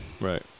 Right